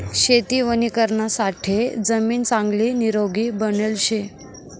शेती वणीकरणासाठे जमीन चांगली निरोगी बनेल शे